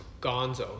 gonzo